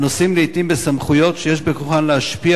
הנושא לעתים בסמכויות שיש בכוחן להשפיע